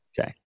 Okay